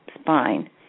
spine